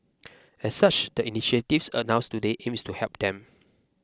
as such the initiatives announced today aims to help them